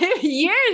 years